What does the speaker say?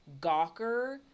gawker